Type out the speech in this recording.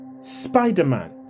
Spider-Man